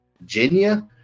Virginia